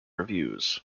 reviews